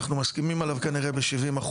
אנחנו מסכימים עליו כנראה ב-70%,